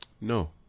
No